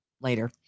later